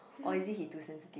or is it he too sensitive